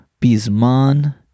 Bisman